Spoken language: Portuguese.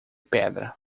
pedra